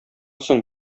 соң